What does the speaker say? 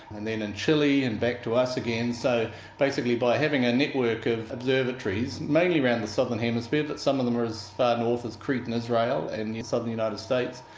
and then in chile, and back to us again. so basically by having a network of observatories, mainly around the southern hemisphere. but some of them are as far north as crete and israel and southern united states.